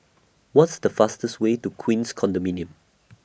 What's The fastest Way to Queens Condominium